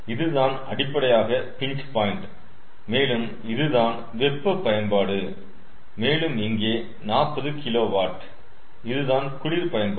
இதுதான் அடிப்படையாக பின்ச்பாயிண்ட் மேலும் இதுதான் வெப்ப பயன்பாடு மேலும் இங்கே 40KW இது தான் குளிர் பயன்பாடு